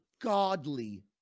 godly